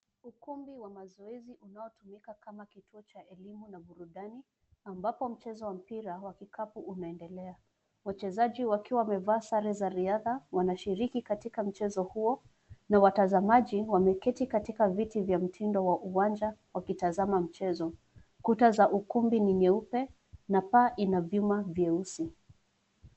Ukumbi wa mazoezi unaotumika kama kituo cha elimu na burudani, ambapo mchezo wa mpira wa kikapu unaendelea. Wachezaji wakiwa wamevaa sare za riadha, wanashiriki katika mchezo huo, na watazamaji wameketi katika viti vya mtindo wa unwanja, wakitazama mchezo. Kuta za ukumbi ni vyeupe na paa ina vyuma vyeusi.